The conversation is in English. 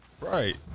Right